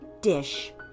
dish